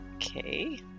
Okay